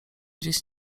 dziś